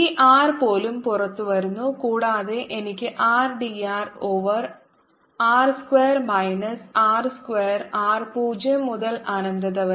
ഈ R പോലും പുറത്തുവരുന്നു കൂടാതെ എനിക്ക് r d r over r square minus R square r 0 മുതൽ അനന്തത വരെ